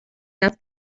enough